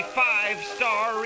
five-star